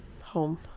home